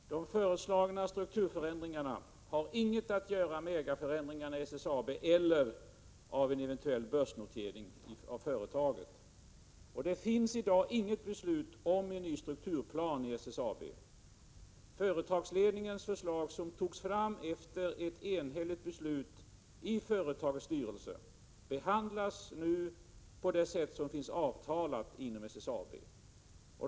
Fru talman! Jag vill upprepa att de föreslagna strukturförändringarna inte har någonting att göra med ägarförändringarna inom SSAB eller en eventuell börsnotering av företaget. Det finns i dag inget beslut om en ny strukturplan för SSAB. Företagsledningens förslag, som togs fram efter ett enhälligt beslut i företagets styrelse, behandlas nu på det sätt som det finns avtal om inom SSAB.